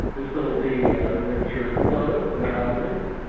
this will be richard horowitz and allen richards,